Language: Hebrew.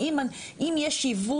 אם יש ייבוא